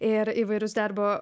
ir įvairius darbo